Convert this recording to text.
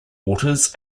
waters